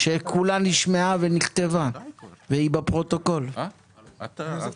מי בעד